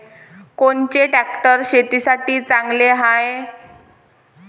कोनचे ट्रॅक्टर शेतीसाठी चांगले हाये?